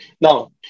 Now